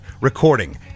recording